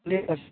जी sir